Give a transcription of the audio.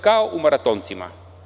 Kao u „Maratoncima“